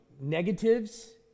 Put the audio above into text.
negatives